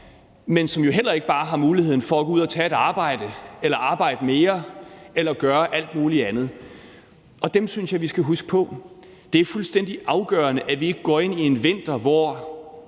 men som jo ikke har muligheden for bare at gå ud og tage et arbejde eller arbejde mere eller gøre alt muligt andet. Og dem synes jeg vi skal huske på. Det er fuldstændig afgørende, at vi ikke går ind i en vinter, hvor